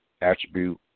attribute